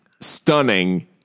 stunning